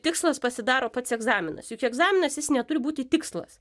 tikslas pasidaro pats egzaminas juk egzaminas jis neturi būti tikslas